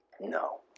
No